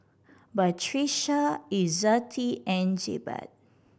Batrisya Izzati and Jebat